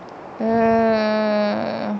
err